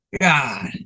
God